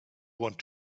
want